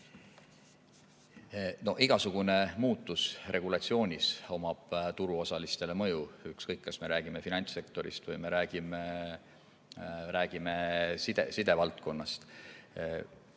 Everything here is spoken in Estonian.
No igasugune muutus regulatsioonis omab turuosalistele mõju, ükskõik kas me räägime finantssektorist või me räägime sidevaldkonnast.